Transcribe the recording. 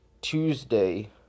Tuesday